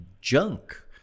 junk